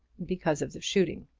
because of the shooting.